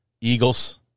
Eagles